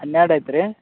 ಹನ್ನೆರಡು ಐತ್ರಿ